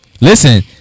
Listen